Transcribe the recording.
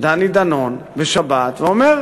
דני דנון בשבת ואומר: